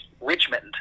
Richmond